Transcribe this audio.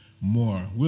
more